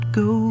go